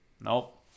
Nope